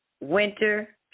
Winter